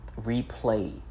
replay